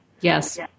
Yes